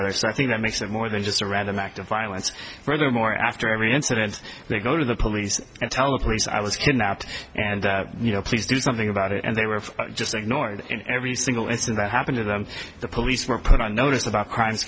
other so i think that makes it more than just a random act of violence furthermore after every incident they go to the police and tell the police i was kidnapped and you know please do something about it and they were just ignored in every single incident that happened to them the police were put on notice about crimes